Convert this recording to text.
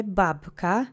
babka